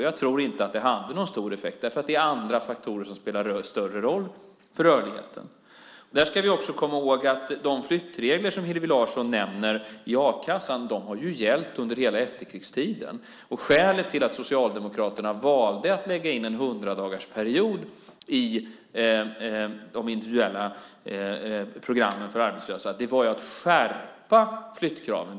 Jag tror inte att det hade någon stor effekt, för det är andra faktorer som spelar större roll för rörligheten. Vi ska också komma ihåg att de flyttregler som Hillevi Larsson nämner i a-kassan har gällt under hela efterkrigstiden. Skälet till att Socialdemokraterna valde att lägga in en hundradagarsperiod i de individuella programmen för arbetslösa var att skärpa flyttkraven.